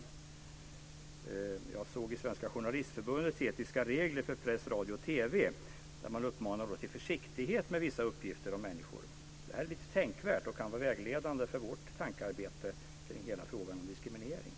Jag såg att man i Svenska journalistförbundets etiska regler för press, radio och TV, uppmanar till försiktighet med vissa uppgifter om människor. Det är lite tänkvärt och kan vara vägledande för vårt tankearbete kring hela frågan om diskriminering.